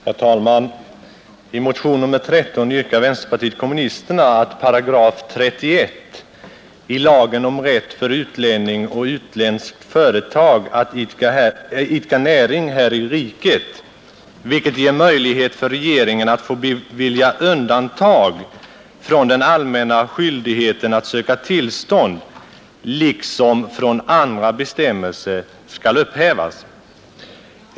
Herr talman! I motion nr 13 yrkar vänsterpartiet kommunisterna att 31 § i lagen om rätt för utlänning och utländskt företag att idka näring här i riket, vilken innebär möjlighet för regeringen att bevilja undantag från den allmänna skyldigheten att söka tillstånd liksom från andra bestämmelser, skall upphävas.